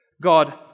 God